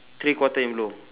three quarter in blue